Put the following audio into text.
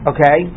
Okay